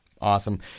Awesome